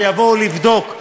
שיבואו לבדוק.